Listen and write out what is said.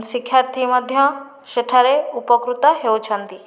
ଶିକ୍ଷାର୍ଥୀ ମଧ୍ୟ ସେଠାରେ ଉପକୃତ ହେଉଛନ୍ତି